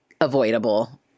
avoidable